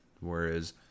Whereas